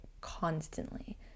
constantly